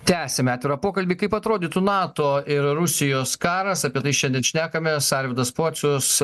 tęsime atvirą pokalbį kaip atrodo nato ir rusijos karas apie tai šiandien šnekamės arvydas pocius